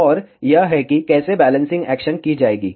और यह है कि कैसे बैलेंसिंग एक्शन की जाएगी